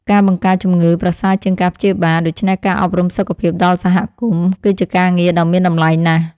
ការបង្ការជំងឺប្រសើរជាងការព្យាបាល ដូច្នេះការអប់រំសុខភាពដល់សហគមន៍គឺជាការងារដ៏មានតម្លៃណាស់។